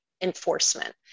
enforcement